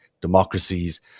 democracies